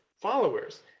followers